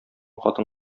хатын